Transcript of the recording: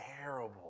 terrible